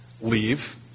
leave